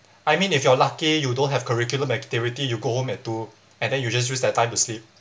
I mean if you're lucky you don't have curriculum activity you go home at two and then you just use that time to sleep